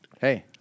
Hey